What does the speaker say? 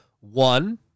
One